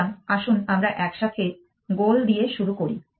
সুতরাং আসুন আমরা একসাথে গোল দিয়ে শুরু করি